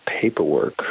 paperwork